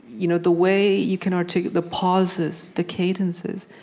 you know the way you can articulate the pauses, the cadences.